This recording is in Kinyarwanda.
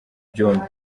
byombi